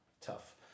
tough